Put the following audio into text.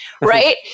right